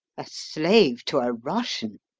a slave to a russian?